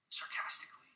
sarcastically